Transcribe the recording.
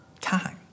Time